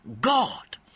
God